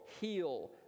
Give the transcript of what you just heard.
heal